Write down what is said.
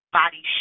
body